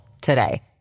today